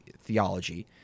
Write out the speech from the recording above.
theology